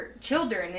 children